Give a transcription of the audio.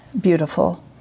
beautiful